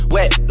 Wet